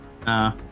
Nah